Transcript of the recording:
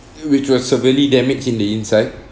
which was severely damaged in the inside